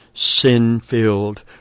sin-filled